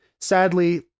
Sadly